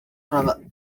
from